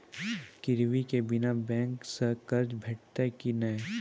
गिरवी के बिना बैंक सऽ कर्ज भेटतै की नै?